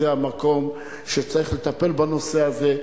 היא המקום שצריך לטפל בנושא הזה.